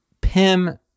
Pim